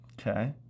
Okay